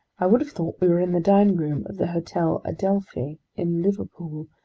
i would have thought we were in the dining room of the hotel adelphi in liverpool,